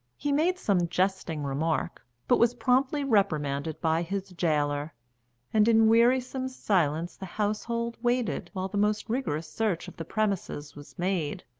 he made some jesting remark, but was promptly reprimanded by his gaoler, and in wearisome silence the household waited while the most rigorous search of the premises was made.